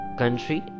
country